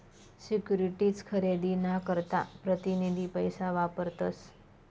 securities खरेदी ना करता प्रतीनिधी पैसा वापरतस